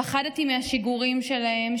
פחדתי מהשיגורים שלהם,